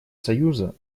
союза